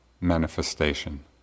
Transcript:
manifestation